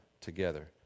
together